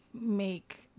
make